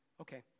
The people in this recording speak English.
Okay